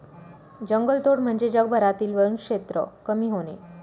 जंगलतोड म्हणजे जगभरातील वनक्षेत्र कमी होणे